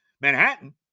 Manhattan